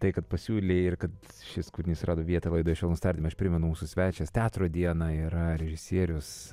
tai kad pasiūlei ir kad šis kūrinys rado vietą laidoje švelnūs tardymai aš primenu mūsų svečias teatro dieną yra režisierius